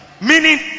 Meaning